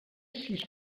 sis